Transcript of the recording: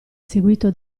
seguito